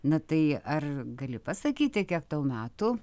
na tai ar gali pasakyti kiek tau metų